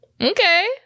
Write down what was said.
Okay